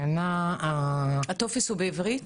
הטופס בעברית?